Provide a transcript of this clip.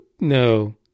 No